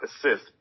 assist